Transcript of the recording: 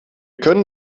können